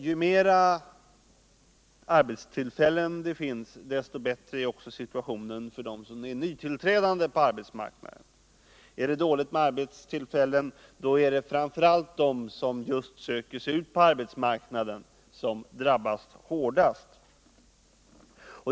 Ju fler arbetstillfällen det finns, desto bättre är situationen för dem som är nytillträdande på arbetsmarknaden. Är det dåligt med arbetstillfällen så är det framför allt de som just söker sig ut på arbetsmarknaden som drabbas hårdast.